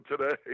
today